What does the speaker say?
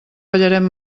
ballarem